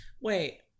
Wait